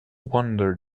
wonder